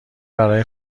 برای